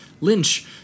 Lynch